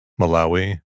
malawi